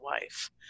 wife